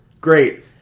Great